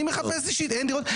אני מחפש אישית אין דרות,